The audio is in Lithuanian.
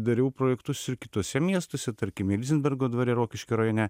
dariau projektus ir kituose miestuose tarkim ilzenbergo dvare rokiškio rajone